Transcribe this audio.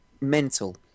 mental